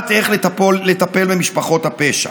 יודעת איך לטפל במשפחות הפשע.